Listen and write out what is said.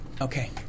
Okay